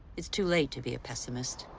it's too late to be a pessimist.